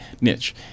niche